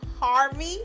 Harvey